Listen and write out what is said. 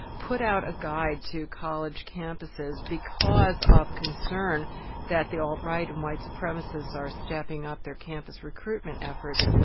put out a guide to college campuses because of concern that the alt-right and white supremacists are stepping up their campus recruitment efforts.